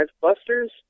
busters